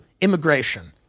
Immigration